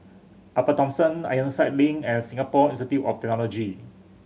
Upper Thomson Ironside Link and Singapore Institute of Technology